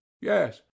Yes